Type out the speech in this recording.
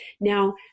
Now